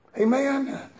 Amen